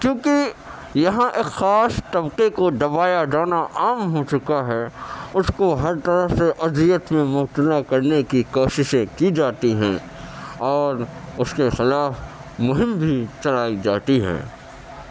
کیونکہ یہاں ایک خاص طبقے کو دبایا جانا عام ہو چکا ہے اس کو ہر طرح سے اذیت میں مبتلا کرنے کی کوششیں کی جاتی ہیں اور اس کے خلاف مہم بھی چلائی جاتی ہے